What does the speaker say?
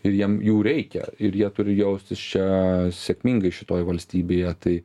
ir jiem jų reikia ir jie turi jaustis čia sėkmingai šitoj valstybėje tai